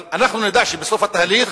אבל אנחנו נדע שבסוף התהליך